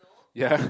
ya